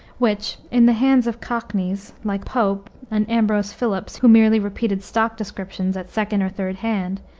which, in the hands of cockneys, like pope and ambrose philips, who merely repeated stock descriptions at second or third hand,